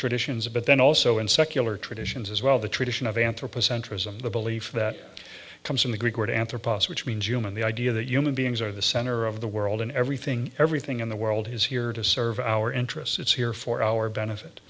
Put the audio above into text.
traditions but then also in secular traditions as well the tradition of anthropocentrism the belief that comes from the greek word anthropos which means human the idea that human beings are the center of the world and everything everything in the world is here to serve our interests it's here for our benefit